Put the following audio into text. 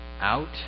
out